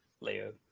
Leo